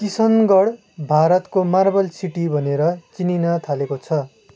किसनगढ भारतको marble city भनेर चिनिन थालेको छ